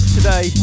today